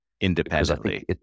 Independently